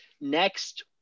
next